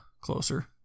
closer